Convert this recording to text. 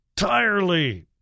entirely